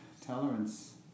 tolerance